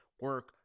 Work